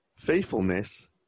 Faithfulness